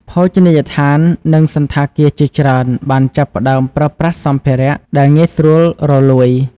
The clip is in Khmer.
ភោជនីយដ្ឋាន និងសណ្ឋាគារជាច្រើនបានចាប់ផ្តើមប្រើប្រាស់សម្ភារៈដែលងាយរលួយ។